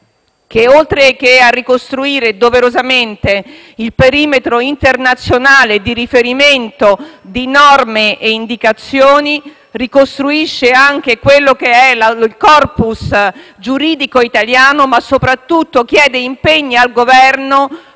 che oltre a ricostruire doverosamente il perimetro internazionale di riferimento di norme e indicazioni, ricostruisce anche il *corpus* giuridico italiano ma soprattutto chiede al Governo